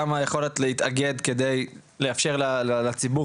גם היכולת להתאגד על מנת לאפשר לציבור,